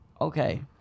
Okay